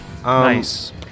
Nice